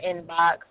inbox